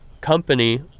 company